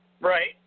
Right